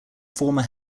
former